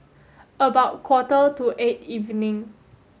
about quarter to eight evening